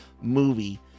movie